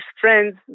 friends